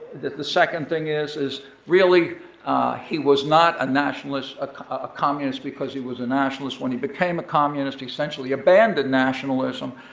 the second thing is, is really he was not a nationalist, a a communist because he was a nationalist. when he became a communist, he essentially abandoned nationalism,